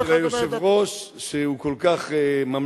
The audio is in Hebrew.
של היושב-ראש שהוא כל כך ממלכתי,